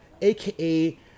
AKA